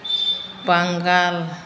बांगाल